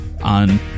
on